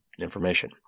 information